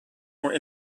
more